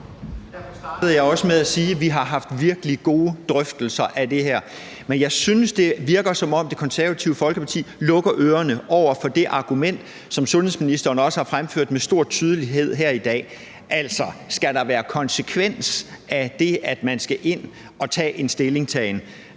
vi har haft virkelig gode drøftelser af det her, men jeg synes, det virker, som om Det Konservative Folkeparti lukker ørerne for det argument, som sundhedsministeren også har fremført med stor tydelighed her i dag. Altså, skal der være en konsekvens af det, at man skal ind at tage stilling?